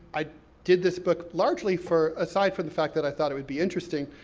i did this book largely for, aside from the fact that i thought it would be interesting,